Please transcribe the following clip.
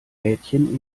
mädchen